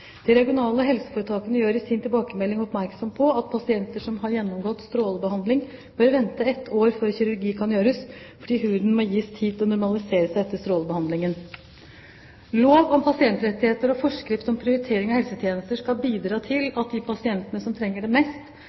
De regionale helseforetakene gjør i sin tilbakemelding oppmerksom på at pasienter som har gjennomgått strålebehandling, bør vente ett år før kirurgi kan gjøres, fordi huden må gis tid til å normalisere seg etter strålebehandlingen. Lov om pasientrettigheter og forskrift om prioritering av helsetjenester skal bidra til at de pasientene som trenger det mest,